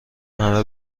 همه